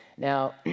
Now